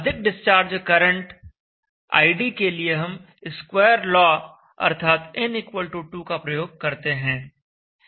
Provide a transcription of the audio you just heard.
अधिक discharge current id के लिए हम स्क्वायर लॉ अर्थात n 2 का प्रयोग करते हैं